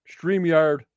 StreamYard